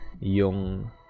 yung